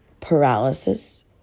paralysis